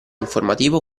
informativo